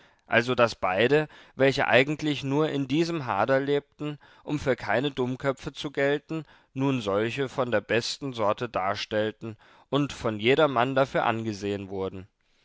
also daß beide welche eigentlich nur in diesem hader lebten um für keine dummköpfe zu gelten nun solche von der besten sorte darstellten und von jedermann dafür angesehen wurden